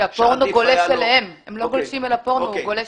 כי הפורנו גולש אליהם.